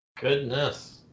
Goodness